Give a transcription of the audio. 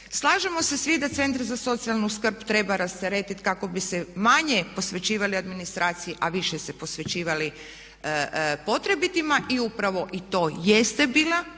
Slažemo se svi da centre za socijalnu skrb treba rasteretiti kako bi se manje posvećivali administraciji a više se posvećivali potrebitima i upravo i to jeste bila